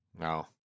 No